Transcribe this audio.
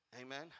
Amen